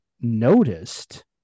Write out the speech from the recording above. noticed